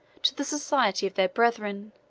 to the society of their brethren